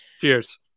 Cheers